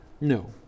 No